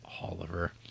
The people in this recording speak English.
Oliver